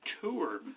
Tour